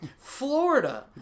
Florida